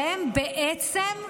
שהם בעצם,